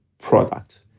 product